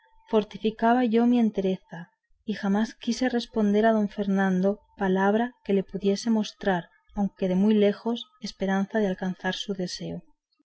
fortificaba yo mi entereza y jamás quise responder a don fernando palabra que le pudiese mostrar aunque de muy lejos esperanza de alcanzar su deseo